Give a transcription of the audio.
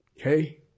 Okay